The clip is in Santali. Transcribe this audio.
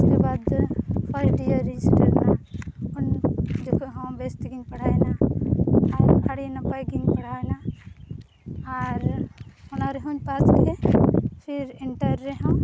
ᱩᱥᱠᱮ ᱵᱟᱫᱽ ᱫᱚ ᱯᱷᱟᱥᱴ ᱤᱭᱟᱨ ᱨᱮᱧ ᱥᱮᱴᱮᱨᱮᱱᱟ ᱩᱱ ᱡᱚᱠᱷᱚᱱᱦᱚᱸ ᱵᱮᱥ ᱛᱮᱜᱮᱧ ᱯᱟᱲᱦᱟᱣᱮᱱᱟ ᱟᱨ ᱟᱹᱰᱤ ᱱᱟᱯᱟᱭᱜᱮᱧ ᱯᱟᱲᱦᱟᱣᱮᱱᱟ ᱟᱨ ᱚᱱᱟᱨᱮᱦᱚᱸᱧ ᱯᱟᱥᱠᱮᱫᱼᱟ ᱯᱷᱤᱨ ᱤᱱᱴᱟᱨ ᱨᱮᱦᱚᱸ